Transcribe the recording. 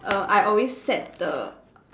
err I always set the